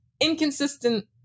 inconsistent